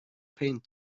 paint